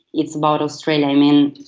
it's about australia. i mean,